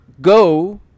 go